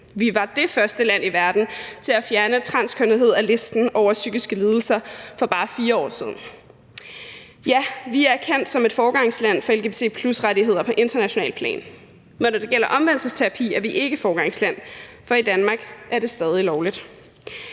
Vi var det første land i verden til at fjerne transkønnethed fra listen over psykiske lidelser for bare 4 år siden. Ja, vi er kendt som et foregangsland for lgbt+-rettigheder på internationalt plan, men når det gælder omvendelsesterapi, er vi ikke et foregangsland, for i Danmark er det stadig lovligt.